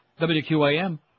WQAM